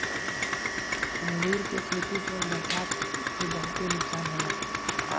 अंगूर के खेती पर बरसात से बहुते नुकसान होला